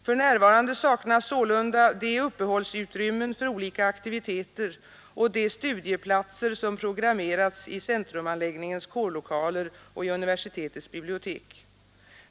För närvarande saknas sålunda de uppehållsutrymmen för olika aktiviteter och de studieplatser som programmerats i centrumanläggningens kårlokaler och i universitetets bibliotek.